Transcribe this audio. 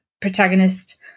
protagonist